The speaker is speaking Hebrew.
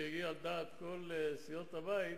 שהיא על דעת כל סיעות הבית,